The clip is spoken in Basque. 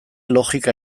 logika